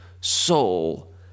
soul